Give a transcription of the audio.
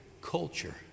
culture